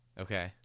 Okay